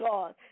God